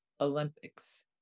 Olympics